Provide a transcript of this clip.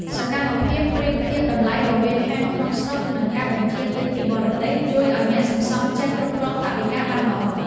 សកម្មភាពប្រៀបធៀបតម្លៃរវាងហាងក្នុងស្រុក និងការបញ្ជាទិញពីបរទេស ជួយឱ្យអ្នកសន្សំចេះគ្រប់គ្រងថវិកាបានល្អ។